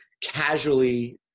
casually